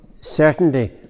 certainty